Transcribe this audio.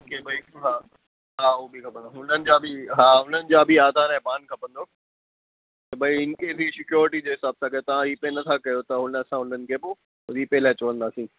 के भई हा हा ओ बि खपंदा उन्हनि जा बि हा उन्हनि जा बि आधार ऐं पान खपंदो त भई इन केस ही स्क्यॉरिटी जे हिसाब सां अगरि तव्हां हीअ पे नथा कयो त उन लाइ असां उन्हनि खे पोइ री पे लाइ चवंदासीं